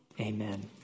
Amen